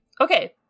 okay